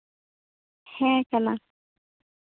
ᱦᱮᱸ ᱠᱟᱱᱟ